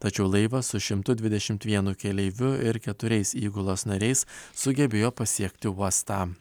tačiau laivas su šimtu dvidešim vienu keleiviu ir keturiais įgulos nariais sugebėjo pasiekti uostą